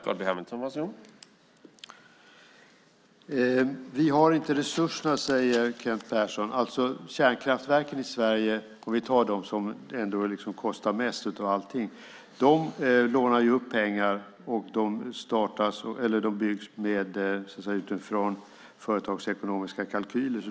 Herr talman! Vi har inte resurserna, säger Kent Persson. Kärnkraftverken i Sverige, om vi tar dem som ändå kostar mest av allting, lånar ju pengar. De byggs utifrån företagsekonomiska kalkyler.